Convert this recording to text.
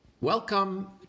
Welcome